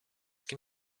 kim